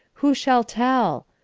who shall tell?